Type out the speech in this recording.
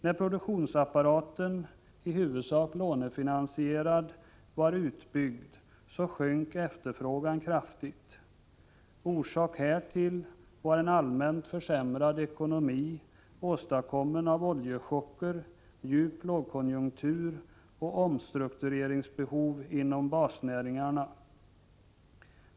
När produktionsapparaten — i huvudsak lånefinansierad — var utbyggd, sjönk efterfrågan kraftigt. Orsaken härtill var en allmänt försämrad ekonomi åstadkommen av oljechocker, en djup lågkonjunktur och omstruktureringsbehov inom basnäringarna.